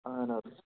اہَن حظ